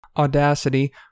Audacity